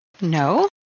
No